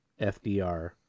FDR